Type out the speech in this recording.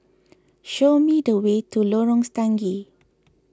show me the way to Lorong Stangee